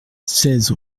seize